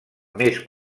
més